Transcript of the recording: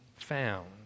found